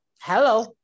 Hello